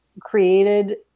created